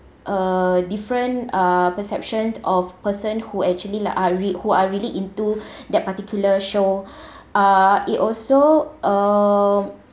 perceptions of person who actually like are re~ who are really into that particular show uh it also um